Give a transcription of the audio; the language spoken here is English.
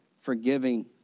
forgiving